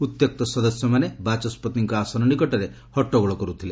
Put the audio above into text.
ଉତ୍ୟକ୍ତ ସଦସ୍ୟମାନେ ବାଚସ୍କତିଙ୍କ ଆସନ ନିକଟରେ ହଟ୍ଟଗୋଳ କରୁଥିଲେ